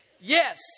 Yes